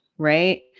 right